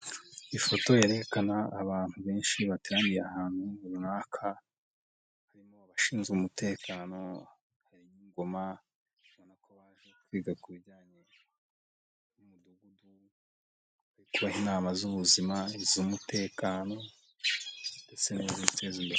Ifoto yerekana abantu benshi bateraniye ahantu runaka harimo abashinzwe umutekano, ingoma, ubona ko baje kwiga ku bijyanye n'umudugudu ariko inama z'ubuzima iz'umutekano ndetse n'izo guteza imbere.